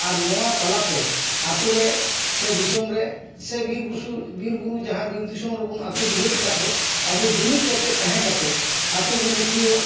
ᱟᱨ ᱱᱚᱣᱟ ᱛᱟᱞᱟᱛᱮ ᱟᱛᱳ ᱨᱮ ᱥᱮ ᱫᱤᱥᱚᱢ ᱨᱮ ᱥᱮ ᱵᱤᱨ ᱵᱩᱥᱩ ᱵᱤᱨ ᱵᱩᱨᱩ ᱡᱟᱦᱟᱸ ᱵᱤᱨ ᱫᱤᱥᱚᱢ ᱨᱮᱵᱚᱱ ᱟᱛᱳ ᱫᱤᱦᱟᱹᱛ ᱠᱟᱫ ᱫᱚ ᱟᱵᱚ ᱡᱩᱢᱤᱫ ᱠᱟᱛᱮ ᱛᱟᱦᱮᱸ ᱠᱟᱛᱮ ᱟᱛᱳ ᱵᱚᱱ ᱨᱩᱠᱷᱤᱭᱟᱹᱣᱟ